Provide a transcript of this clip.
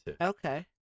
Okay